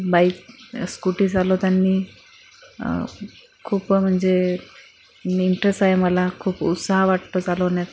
bike scooty चालवताना खूप म्हणजे निंटरेस आहे मला खूप उस्साह वाटतो चालवण्यात